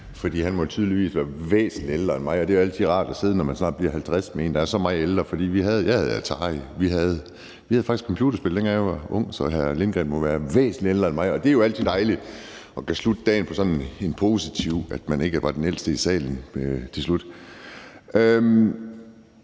for han må tydeligvis være væsentlig ældre end mig. Det er altid rart at sidde med en, der er så meget ældre, når man selv bliver 50. Jeg havde Atari. Vi havde faktisk computerspil, dengang jeg var ung. Så hr. Stinus Lindgreen må være væsentlig ældre end mig. Det er jo altid dejligt at kunne slutte dagen med noget positivt og vide, at man ikke var den ældste i salen til slut. Det